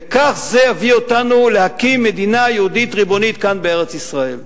וכך זה הביא אותנו להקים מדינה יהודית ריבונית כאן בארץ-ישראל.